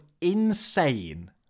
insane